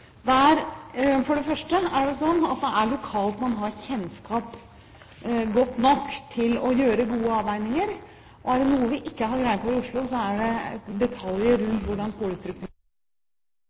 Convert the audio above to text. For det første er det slik at det er lokalt man har god nok kjennskap til å gjøre gode avveininger. Og er det noe vi ikke har greie på i Oslo, er det detaljer rundt hvordan skolestrukturen